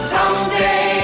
Someday